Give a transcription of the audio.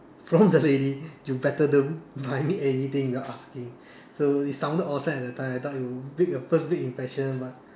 from the lady you better don't buy me anything without asking so it sounded awesome at that time I thought it will big a first big impression but